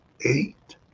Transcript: eight